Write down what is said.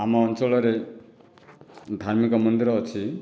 ଆମ ଅଞ୍ଚଳରେ ଧାର୍ମିକ ମନ୍ଦିର ଅଛି